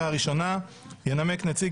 בקשת הממשלה להקדמת הדיון בהצעת חוק התוכנית לסיוע